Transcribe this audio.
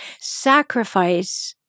sacrifice